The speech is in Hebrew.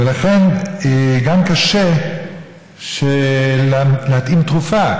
לכן גם קשה להתאים תרופה,